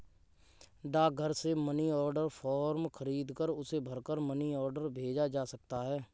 डाकघर से money order form खरीदकर उसे भरकर मनी ऑर्डर भेजा जा सकता है